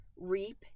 reap